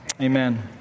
Amen